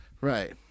right